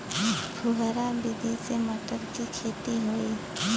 फुहरा विधि से मटर के खेती होई